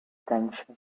tension